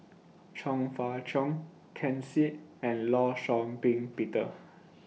Chong Fah Cheong Ken Seet and law Shau Ping Peter